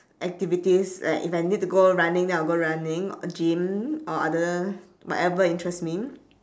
activities like if I need to go running then I'll go running or gym or other whatever interest me